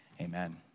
Amen